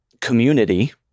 community